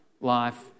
life